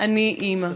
אני אימא.